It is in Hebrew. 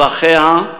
צרכיה,